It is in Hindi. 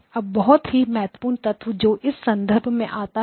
अब बहुत ही महत्वपूर्ण तत्व जो इस संदर्भ में आता है